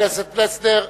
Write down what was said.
חבר הכנסת פלסנר,